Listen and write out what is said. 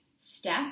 step